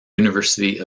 university